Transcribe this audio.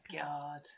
god